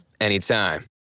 anytime